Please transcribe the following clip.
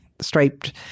striped